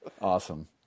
Awesome